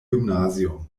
gymnasium